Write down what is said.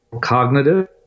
cognitive